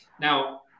Now